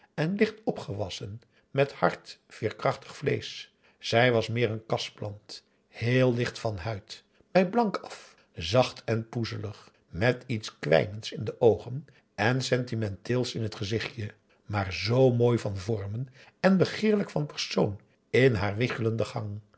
en licht opgewassen met hard veerkrachtig vleesch zij was meer een kasplant heel licht van huid bij blank af zacht en poezelig met iets kwijnends in de oogen en sentimenteels in het gezichtje maar zoo mooi van vormen en begeerlijk van persoon in haar wiegelenden gang